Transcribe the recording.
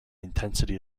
intensity